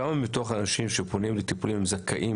כמה מתוך האנשים שפונים לטיפולים זכאים